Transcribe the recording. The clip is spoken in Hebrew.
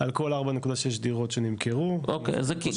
על כל 4.6 דירות שנמכרו, יש אחת.